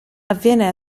avviene